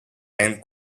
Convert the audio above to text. and